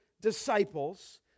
Disciples